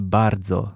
bardzo